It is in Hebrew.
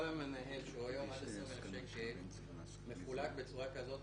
כלל המנהל שהוא היום עד 20,000 שקל מחולק בצורה כזאת,